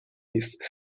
نیست